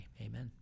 amen